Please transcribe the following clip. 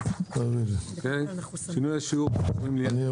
(תיקוני חקיקה)(שינוי השיעור והסכומים לעניין